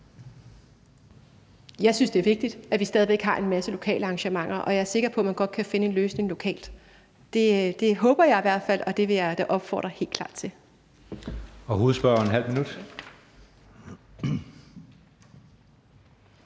Jeg synes, det er vigtigt, at vi stadig væk har en masse lokale arrangementer, og jeg er sikker på, at man godt kan finde en løsning lokalt. Det håber jeg i hvert fald, og det vil jeg da helt klart